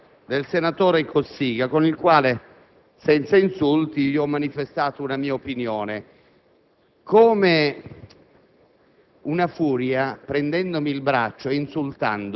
ma non si può consentire che qualcuno tenti addirittura di aggredirlo perché sta facendo una denuncia politica in quest'Aula. Questo non è assolutamente consentito